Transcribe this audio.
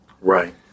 Right